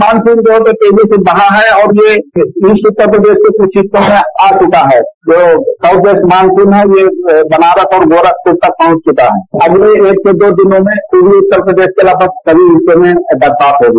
monsoon बहुत तेजी से बढ़ा है और यह ईस्ट उत्तर प्रदेश के कुछ हिस्सों में आ चुका है जो साउथ वेस्ट मानसून है यह बनारस और गाँरखपुर तक पहुंच चुका है अगले एक दो दिनों में पूर्वी उत्तर प्रदेश के लगभग सभी हिस्सों में बरसात होगी